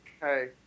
Hey